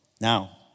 now